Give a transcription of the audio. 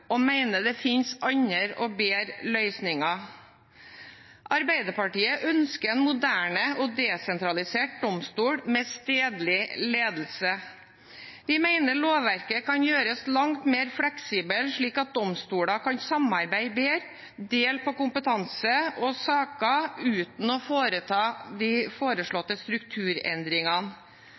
og mener det fins andre og bedre løsninger. Arbeiderpartiet ønsker en moderne og desentralisert domstol med stedlig ledelse. Vi mener lovverket kan gjøres langt mer fleksibelt, slik at domstolene kan samarbeide bedre og dele kompetanse og saker uten å foreta de foreslåtte strukturendringene.